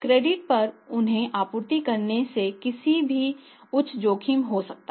credit पर उन्हें आपूर्ति करने से किसी को भी उच्च जोखिम हो सकता है